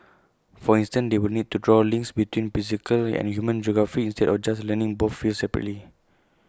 for instance they will need to draw links between physical and human geography instead of just learning both fields separately